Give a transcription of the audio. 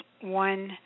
one